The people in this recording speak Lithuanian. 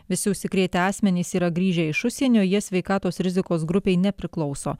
visi užsikrėtę asmenys yra grįžę iš užsienio jie sveikatos rizikos grupei nepriklauso